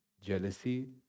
jealousy